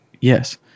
yes